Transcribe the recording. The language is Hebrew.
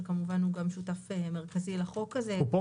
שהוא כמובן שותף מרכזי לחוק הזה ונראה אם אפשר.